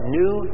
new